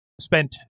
spent